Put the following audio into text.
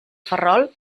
ferrol